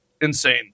insane